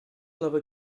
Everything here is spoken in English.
level